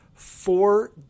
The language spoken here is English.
Four